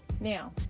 now